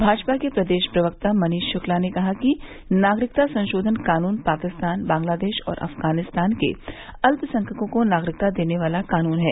भाजपा के प्रदेश प्रवक्ता मनीष शुक्ला ने कहा कि नागरिकता संशोधन कानून पाकिस्तान बांग्लादेश और अफगानिस्तान के अल्पसंख्यकों को नागरिकता देने वाला कानून है